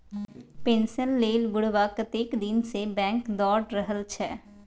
pension लेल बुढ़बा कतेक दिनसँ बैंक दौर रहल छै